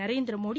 Narendra Modi